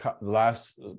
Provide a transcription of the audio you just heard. last